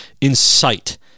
incite